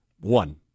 one